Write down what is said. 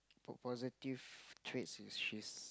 positive trades is she's